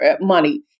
money